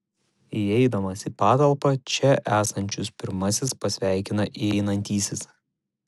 įeidamas į patalpą čia esančius pirmasis pasveikina įeinantysis